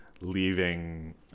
leaving